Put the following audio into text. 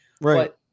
Right